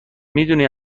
میدونی